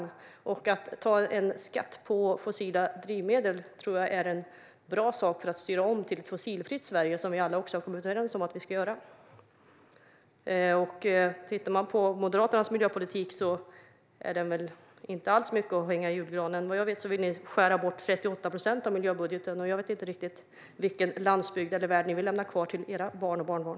En skatt på fossila drivmedel är nog bra för att styra om till ett fossilfritt Sverige som vi alla har kommit överens om. Tittar man på Moderaternas miljöpolitik är den inte mycket att hänga i julgranen. Vad jag vet vill ni skära bort 38 procent av miljöbudgeten. Jag vet inte riktigt vilken landsbygd eller väg som ni vill lämna kvar till era barn och barnbarn.